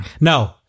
No